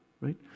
right